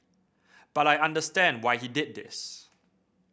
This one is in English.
but I understand why he did this